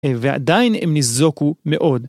ועדיין הם נזוקו מאוד.